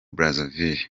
brazzaville